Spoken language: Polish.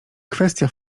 kwestia